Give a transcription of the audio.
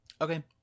Okay